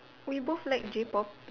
we both like J-pop